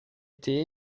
été